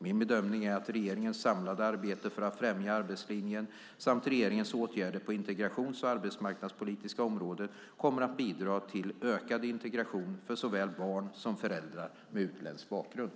Min bedömning är att regeringens samlade arbete för att främja arbetslinjen samt regeringens åtgärder på det integrations och arbetsmarknadspolitiska området kommer att bidra till ökad integration för såväl barn som föräldrar med utländsk bakgrund.